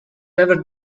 ever